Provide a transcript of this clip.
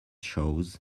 shows